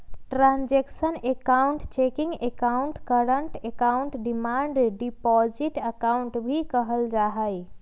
transactional account checking account, current account, demand deposit account भी कहल जाहई